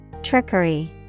Trickery